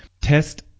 test